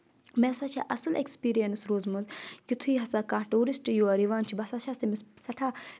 مےٚ ہَسا چھِ اَصٕل ایٚکٕسپیٖریَنٕس روٗزمٕژ یُتھُے ہَسا کانٛہہ ٹوٗرِسٹ یور یِوان چھُ بہٕ ہَسا چھَس تٔمِس سؠٹھاہ